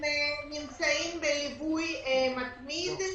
הם נמצאים בליווי מתמיד,